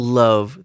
love